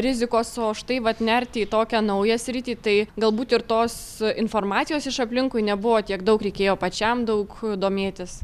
rizikos o štai vat nerti į tokią naują sritį tai galbūt ir tos informacijos iš aplinkui nebuvo tiek daug reikėjo pačiam daug domėtis